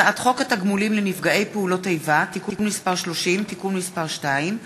הצעת חוק התגמולים לנפגעי פעולות איבה (תיקון מס' 30) (תיקון מס' 2),